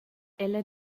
ella